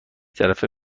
طرفه